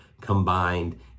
combined